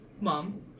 Mom